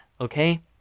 okay